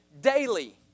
daily